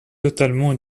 totalement